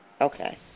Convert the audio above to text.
Okay